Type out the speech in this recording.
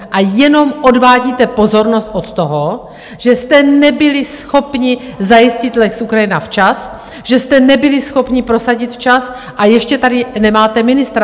A jenom odvádíte pozornost od toho, že jste nebyli schopni zajistit lex Ukrajina včas, že jste nebyli schopni prosadit včas, a ještě tady nemáte ministra!